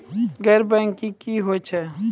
गैर बैंकिंग की होय छै?